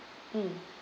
mm